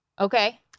Okay